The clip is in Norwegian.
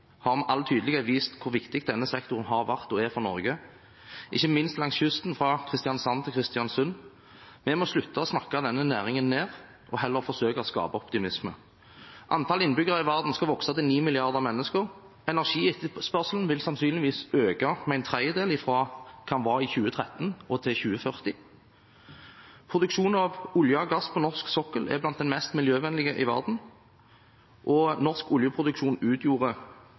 har med all tydelighet vist hvor viktig denne sektoren har vært og er for Norge, ikke minst langs kysten fra Kristiansand til Kristiansund. Vi må slutte å snakke denne næringen ned og heller forsøke å skape optimisme. Antallet innbyggere i verden skal vokse til 9 milliarder mennesker, energietterspørselen vil sannsynligvis øke med en tredjedel fra det den var i 2013, til 2040. Produksjonen av olje og gass på norsk sokkel er blant den mest miljøvennlige i verden, norsk oljeproduksjon utgjorde